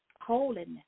holiness